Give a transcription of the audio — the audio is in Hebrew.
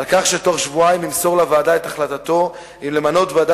על כך שתוך שבועיים ימסור לוועדה את החלטתו אם למנות ועדה